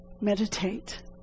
meditate